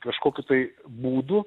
kažkokių tai būdų